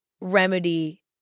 remedy